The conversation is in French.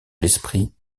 l’esprit